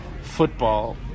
football